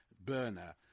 burner